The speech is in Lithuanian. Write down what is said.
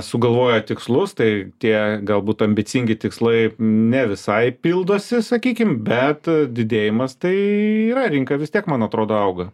sugalvojo tikslus tai tie galbūt ambicingi tikslai ne visai pildosi sakykim bet didėjimas tai yra rinka vis tiek man atrodo auga